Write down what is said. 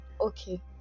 okay